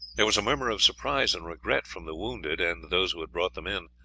there was a murmur of surprise and regret from the wounded and those who had brought them in.